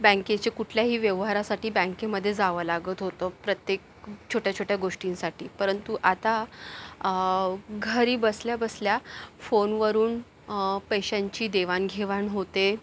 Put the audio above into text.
बँकेचे कुठल्याही व्यवहारासाठी बँकेमध्ये जावं लागत होतं प्रत्येक छोट्या छोट्या गोष्टींसाठी परंतु आता घरी बसल्या बसल्या फोनवरून पैशांची देवाण घेवाण होते